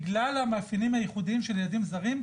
בגלל המאפיינים הייחודיים של ילדים זרים,